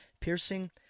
piercing